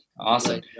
Awesome